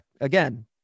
again